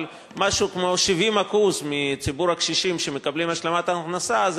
אבל משהו כמו 70% מציבור הקשישים שמקבלים השלמת הכנסה זה